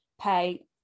pay